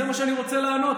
זה מה שאני רוצה לענות.